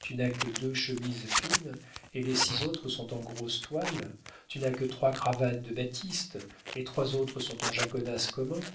tu n'as que deux chemises fines et les six autres sont en grosse toile tu n'as que trois cravates de batiste les trois autres sont en jaconas commun